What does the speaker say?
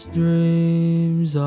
dreams